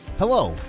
Hello